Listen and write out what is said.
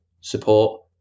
support